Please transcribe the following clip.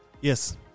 Yes